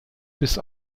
bis